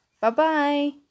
bye-bye